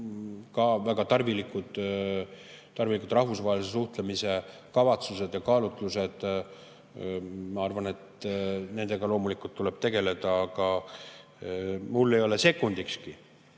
ka väga tarvilike rahvusvahelise suhtlemise kavatsuste ja kaalutlustega, ma arvan, loomulikult tuleb tegeleda, aga mul ei ole sekundikski,